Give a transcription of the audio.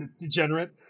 Degenerate